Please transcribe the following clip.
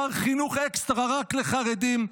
שר חינוך אקסטרה רק לחרדים,